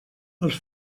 els